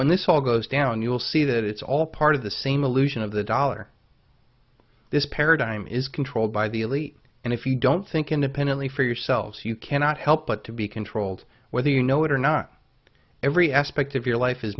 when this all goes down you will see that it's all part of the same illusion of the dollar this paradigm is controlled by the elite and if you don't think independently for yourselves you cannot help but to be controlled whether you know it or not every aspect of your life is